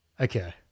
Okay